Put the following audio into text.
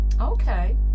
Okay